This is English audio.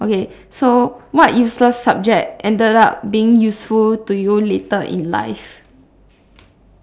okay so what useless subject ended up being useful to you later in life